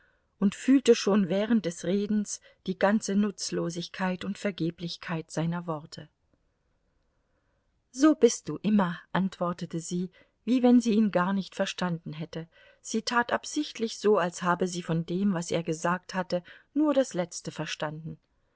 und fühlte schon während des redens die ganze nutzlosigkeit und vergeblichkeit seiner worte so bist du immer antwortete sie wie wenn sie ihn gar nicht verstanden hätte sie tat absichtlich so als habe sie von dem was er gesagt hatte nur das letzte verstanden